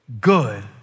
good